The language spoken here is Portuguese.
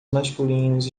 masculinos